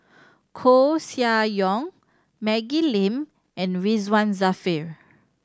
Koeh Sia Yong Maggie Lim and Ridzwan Dzafir